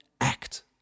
act